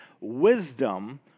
wisdom